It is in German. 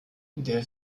der